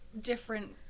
different